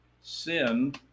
sin